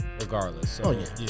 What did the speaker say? regardless